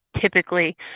typically